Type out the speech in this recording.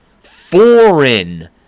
Foreign